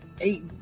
eight